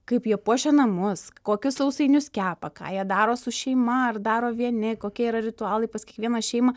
kaip jie puošia namus kokius sausainius kepa ką jie daro su šeima ar daro vieni kokie yra ritualai pas kiekvieną šeimą